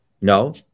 No